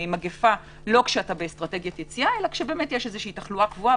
לא כשאתה באסטרטגיית יציאה אלא כשיש תחלואה קבועה